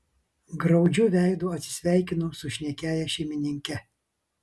graudžiu veidu atsisveikinau su šnekiąja šeimininke